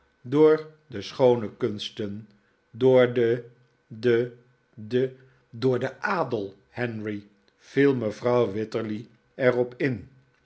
door de schoone kunsten door de de de door den adel henry viel mevrouw wititterly er op in